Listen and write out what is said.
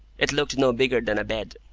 it looked no bigger than a bed.